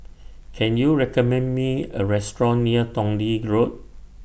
Can YOU recommend Me A Restaurant near Tong Lee Road